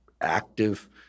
active